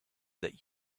that